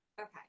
okay